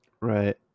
Right